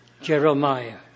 Jeremiah